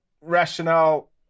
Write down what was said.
rationale